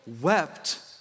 wept